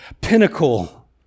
pinnacle